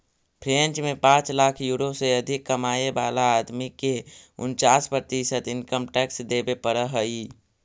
French में पाँच lakh euro से अधिक कमाय वाला आदमी के उन्चास प्रतिशत इनकम टैक्स देवे पड़ऽ हई